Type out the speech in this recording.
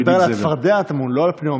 אתה מדבר על הצפרדע הטמונה, לא על הפניאומטי.